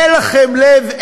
אין לכם לב?